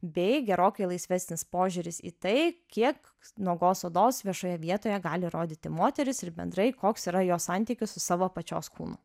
bei gerokai laisvesnis požiūris į tai kiek nuogos odos viešoje vietoje gali rodyti moteris ir bendrai koks yra jos santykis su savo pačios kūnu